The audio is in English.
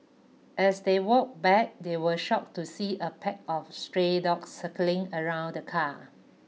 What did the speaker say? as they walked back they were shocked to see a pack of stray dogs circling around the car